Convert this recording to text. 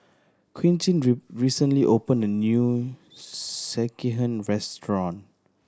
Quintin recently opened a new Sekihan restaurant